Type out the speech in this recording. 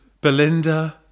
Belinda